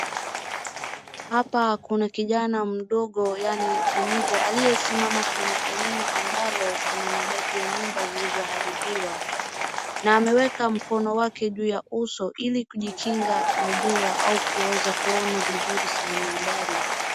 Hapa kuna kijana mdogo yaani teenager aliyesimama kwenye eneo ambalo kuna mabaki ya nyumba zilizoharibiwa na ameweka mkono wake juu ya uso ili kujikinga na jua au kuweza kuona vizuri sehemu mbali.